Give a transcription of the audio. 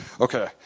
Okay